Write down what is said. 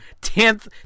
Tenth